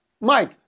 Mike